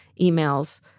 emails